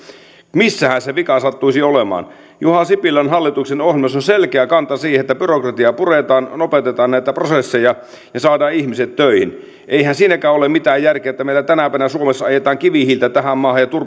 missähän se vika sattuisi olemaan juha sipilän hallituksen ohjelmassa on selkeä kanta siihen että byrokratiaa puretaan nopeutetaan näitä prosesseja ja saadaan ihmiset töihin eihän siinäkään ole mitään järkeä että meillä tänä päivänä suomessa ajetaan kivihiiltä tähän maahan ja